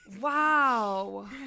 Wow